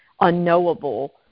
unknowable